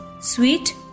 sweet